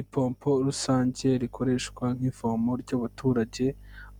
Ipompo rusange rikoreshwa nk'ivomo ry'abaturage,